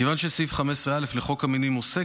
מכיוון שסעיף 15א לחוק המינויים עוסק